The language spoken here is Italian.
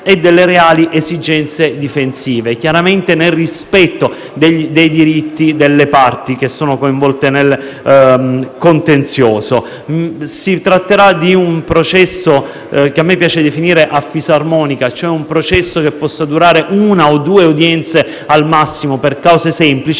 e delle reali esigenze difensive, chiaramente nel rispetto dei diritti delle parti coinvolte nel contenzioso. Si tratterà di un processo che a me piace definire a fisarmonica, e cioè un processo che possa durare una o due udienze al massimo per cause semplici